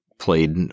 played